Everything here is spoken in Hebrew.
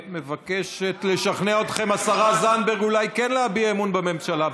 ומבקשת לשכנע אתכם השרה זנדברג אולי כן להביע אמון בממשלה.